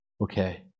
okay